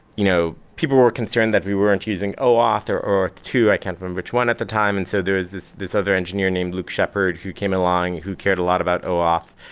you know people were concerned that we weren't using oauth or oauth two, i can't even which one at the time. and so there's this this other engineer named luke shepard, who came along, who cared a lot about oauth.